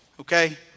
okay